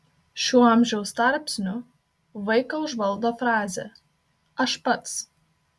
šiuo amžiaus tarpsniu vaiką užvaldo frazė aš pats